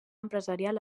empresarial